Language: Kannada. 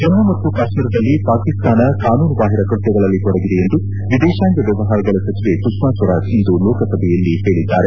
ಜಮ್ಮ ಮತ್ತು ಕಾಶ್ಮೀರದಲ್ಲಿ ಪಾಕಿಸ್ತಾನ ಕಾನೂನು ಬಾಹಿರ ಕೃತ್ಯಗಳಲ್ಲಿ ತೊಡಗಿದೆ ಎಂದು ವಿದೇಶಾಂಗ ವ್ಯವಹಾರಗಳ ಸಚಿವೆ ಸುಷ್ಮಾ ಸ್ವರಾಜ್ ಇಂದು ಲೋಕಸಭೆಯಲ್ಲಿ ಹೇಳಿದ್ದಾರೆ